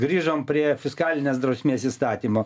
grįžom prie fiskalinės drausmės įstatymo